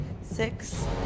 Six